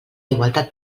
igualtat